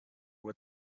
what